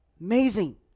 Amazing